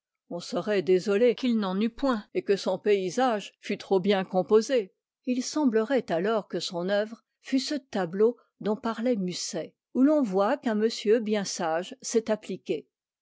on serait désolé qu'il n'en eût point et que son paysage fût trop bien composé il semblerait alors que son œuvre fût ce tableau dont parlait musset où l'on voit qu'un monsieur bien sage s'est appliqué